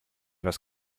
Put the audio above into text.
was